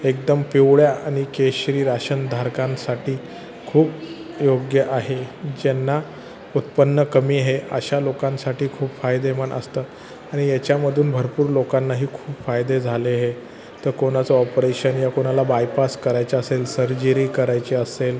एकदम पिवळ्या आणि केशरी राशन धारकांसाठी खूप योग्य आहे ज्यांना उत्पन्न कमी हे अशा लोकांसाठी खूप फायदेमन असतं आणि याच्यामधून भरपूर लोकांनाही खूप फायदे झाले हे तर कोणाचं ऑपरेशन या कोणाला बायपास करायचं असेल सर्जरी करायची असेल